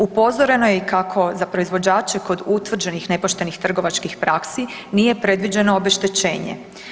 Upozoreno je i kako za proizvođače kod utvrđenih nepoštenih trgovačkih praksi nije predviđeno obeštećenje.